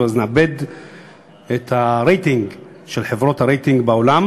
ואז נאבד את הרייטינג של חברות הרייטינג בעולם,